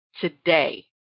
today